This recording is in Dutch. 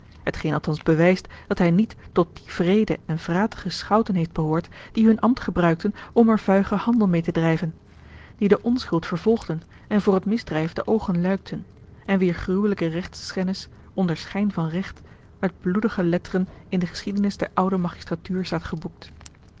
hetgeen althans bewijst dat hij niet tot die wreede en vratige schouten heeft behoord die hun ambt gebruikten om er vuigen handel meê te drijven die de onschuld vervolgden en voor het misdrijf de oogen luikten en wier gruwelijke rechtsschennis onder schijn van recht met bloedige letteren in de geschiedenis der oude magistratuur staat geboekt